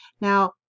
now